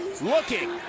looking